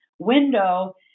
window